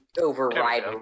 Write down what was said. override